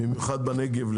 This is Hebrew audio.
במיוחד בנגב,